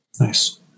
nice